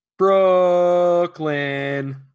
Brooklyn